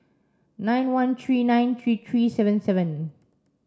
nine one three nine three three seven seven